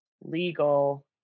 legal